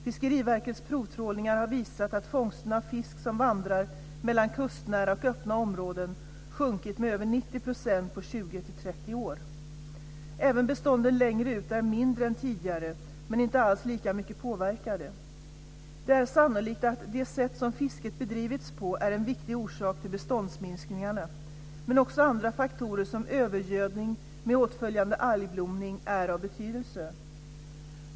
Fiskeriverkets provtrålningar har visat att fångsterna av fisk som vandrar mellan kustnära och öppna områden sjunkit med över 90 % på 20-30 år. Även bestånden längre ut är mindre än tidigare men inte alls lika mycket påverkade. Det är sannolikt att det sätt som fisket bedrivits på är en viktig orsak till beståndsminskningarna, men också andra faktorer som övergödning med åtföljande algblomningar är av betydelse.